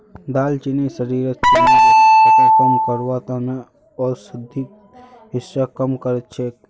दालचीनी शरीरत चीनीर स्तरक कम करवार त न औषधिर हिस्सा काम कर छेक